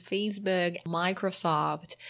Facebook,Microsoft